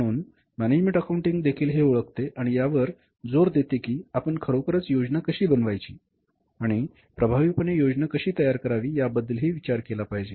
म्हणून management accounting देखील हे ओळखते आणि यावर जोर देते की आपण खरोखरच योजना कशी बनवायचीआणि प्रभावीपणे योजना कशी तयार करावी याबद्दल ही विचार केला पाहिजे